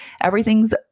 everything's